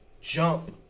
jump